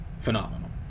phenomenal